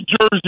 Jersey